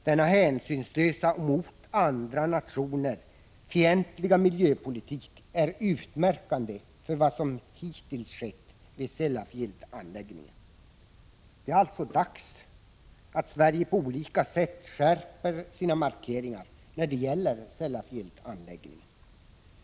Denna hänsynslösa och mot andra nationer fientliga miljöpolitik är utmärkande för vad som hittills skett vid Sellafieldanläggningen. Det är alltså dags att Sverige på olika sätt skärper sina markeringar när det gäller Sellafield-anläggningen.